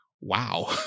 wow